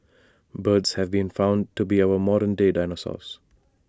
birds have been found to be our modern day dinosaurs